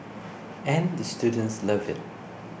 and the students love it